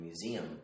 museum